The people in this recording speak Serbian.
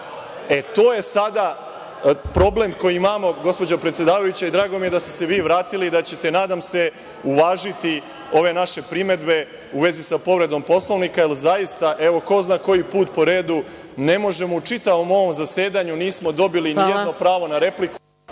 je sada problem koji imamo, gospođo predsedavajuća, drago mi je da ste se vi vratili i da ćete, nadam se, uvažiti ove naše primedbe u vezi sa povredom Poslovnika, jer zaista, evo ko zna koji put po redu, ne možemo u čitavom ovom zasedanju, nismo dobili pravo na repliku,